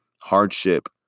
hardship